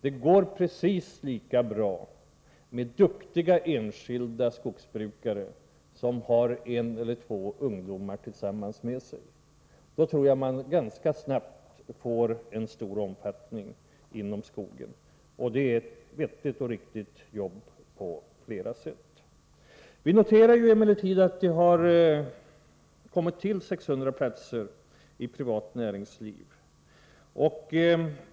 Det går precis lika bra med duktiga enskilda skogsbrukare, som har en eller två ungdomar tillsammans med sig. Då tror jag man ganska snabbt får en stor omfattning inom skogen, och det är ett vettigt och riktigt jobb på flera sätt. Vi noterar emellertid att det har kommit till 600 platser i privat näringsliv.